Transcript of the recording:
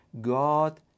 God